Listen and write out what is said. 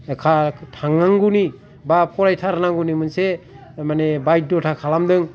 खा थांनांगाैनि बा फरायथारनांगाैनि मोनसे बायदथा खालामदों